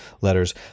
letters